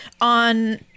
on